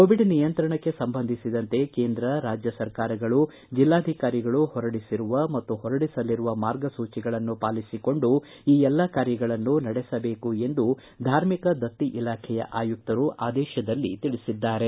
Covid ನಿಯಂತ್ರಣಕ್ಕೆ ಸಂಬಂಧಿಸಿದಂತೆ ಕೇಂದ್ರ ರಾಜ್ಯ ಸರ್ಕಾರಗಳು ಜಿಲ್ಲಾಧಿಕಾರಿಗಳು ಹೊರಡಿಸಿರುವ ಮತ್ತು ಹೊರಡಿಸಲಿರುವ ಮಾರ್ಗಸೂಚಿಗಳನ್ನು ಪಾಲಿಸಿಕೊಂಡು ಈ ಎಲ್ಲ ಕಾರ್ಯಗಳನ್ನೂ ನಡೆಸಬೇಕು ಎಂದು ಧಾರ್ಮಿಕ ದತ್ತಿ ಇಲಾಖೆಯ ಆಯುಕ್ತರು ಆದೇಶದಲ್ಲಿ ತಿಳಿಸಿದ್ದಾರೆ